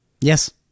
Yes